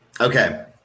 Okay